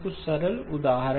कुछ सरल उदाहरण